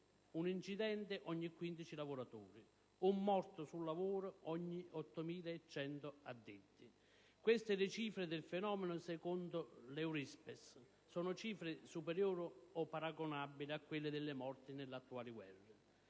Un incidente ogni 15 lavoratori, un morto sul lavoro ogni 8.100 addetti: queste, le cifre del fenomeno secondo l'Eurispes. Sono cifre superiori o paragonabili a quelli delle morti nelle guerre